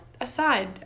aside